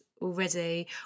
already